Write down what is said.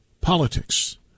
politics